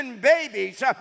Babies